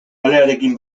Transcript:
alearekin